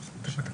שלום